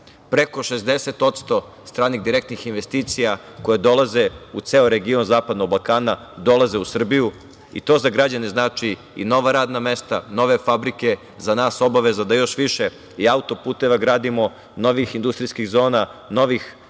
Preko 60% stranih direktnih investicija koje dolaze u ceo region Zapadnog Balkana dolaze u Srbiju i to za građane znači i nova radna mesta, nove fabrike, za nas obaveza da još više autoputeva gradimo, novih industrijskih zona, novih